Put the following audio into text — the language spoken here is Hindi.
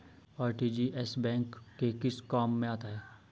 आर.टी.जी.एस बैंक के किस काम में आता है?